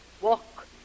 Walk